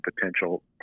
potential